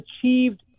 achieved